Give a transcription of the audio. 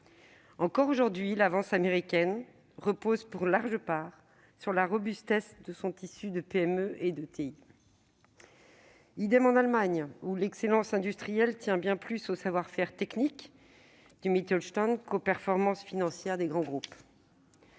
Encore aujourd'hui, l'avance américaine repose pour une large part sur la robustesse de son tissu de PME et d'ETI. en Allemagne, où l'excellence industrielle tient bien plus aux savoir-faire techniques du qu'aux performances financières des grands groupes.